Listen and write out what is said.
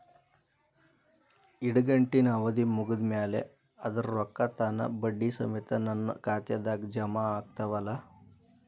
ಇಡಗಂಟಿನ್ ಅವಧಿ ಮುಗದ್ ಮ್ಯಾಲೆ ಅದರ ರೊಕ್ಕಾ ತಾನ ಬಡ್ಡಿ ಸಮೇತ ನನ್ನ ಖಾತೆದಾಗ್ ಜಮಾ ಆಗ್ತಾವ್ ಅಲಾ?